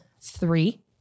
three